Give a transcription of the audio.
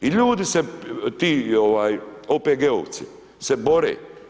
I ljudi se ti, OPG-ovci se bore.